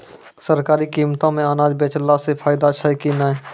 सरकारी कीमतों मे अनाज बेचला से फायदा छै कि नैय?